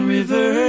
River